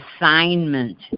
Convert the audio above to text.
assignment